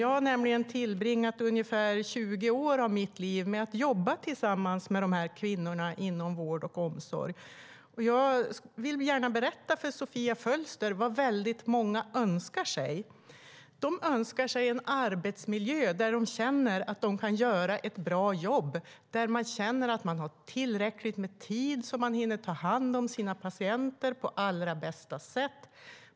Jag har nämligen tillbringat ungefär 20 år av mitt liv med att jobba tillsammans med dessa kvinnor inom vård och omsorg, och jag vill gärna berätta för Sofia Fölster vad väldigt många önskar sig. Man önskar sig en arbetsmiljö där man känner att man kan göra ett bra jobb, där man känner att man har tillräckligt med tid så att man hinner ta hand om sina patienter på allra bästa sätt.